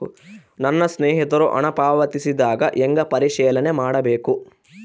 ನನ್ನ ಸ್ನೇಹಿತರು ಹಣ ಪಾವತಿಸಿದಾಗ ಹೆಂಗ ಪರಿಶೇಲನೆ ಮಾಡಬೇಕು?